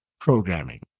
programming